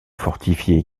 fortifié